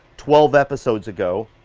twelve episodes ago,